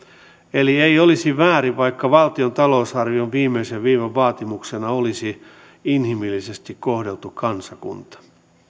eli ei olisi väärin vaikka valtion talousarvion viimeisen viivan vaatimuksena olisi inhimillisesti kohdeltu kansakunta